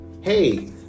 Hey